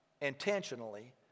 intentionally